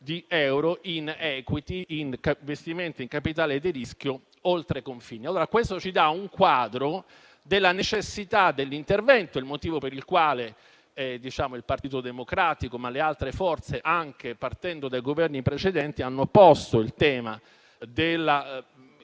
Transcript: di euro in *equity*, in investimenti in capitale di rischio oltreconfine. Questo ci dà un quadro della necessità dell'intervento ed è il motivo per il quale il Partito Democratico ma anche le altre forze, partendo dai Governi precedenti, hanno posto il tema della